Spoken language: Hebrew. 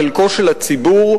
חלקו של הציבור,